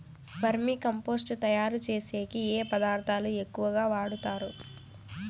వర్మి compost తయారుచేసేకి ఏ పదార్థాలు ఎక్కువగా వాడుతారు